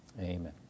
Amen